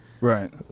Right